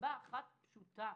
מסיבה אחת פשוטה: